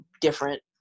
different